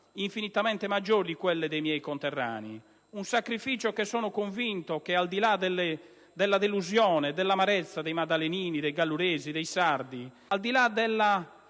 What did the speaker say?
infinitamente maggiori di quelle dei miei conterranei; un sacrificio che sono convinto che, al di là della delusione e dell'amarezza dei maddalenini, dei galluresi, dei sardi, al di là delle